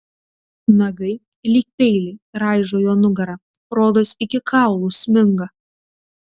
nagai lyg peiliai raižo jo nugarą rodos iki kaulų sminga